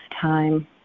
time